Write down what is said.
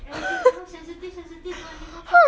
eh eh eh sensitive don't anyhow talk